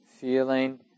Feeling